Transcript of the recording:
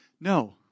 No